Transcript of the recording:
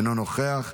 אינו נוכח,